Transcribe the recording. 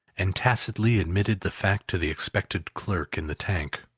and tacitly admitted the fact to the expectant clerk in the tank,